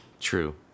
True